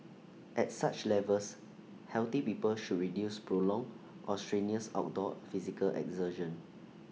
at such levels healthy people should reduce prolonged or strenuous outdoor physical exertion